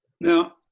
Now